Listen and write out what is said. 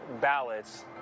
ballots